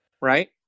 right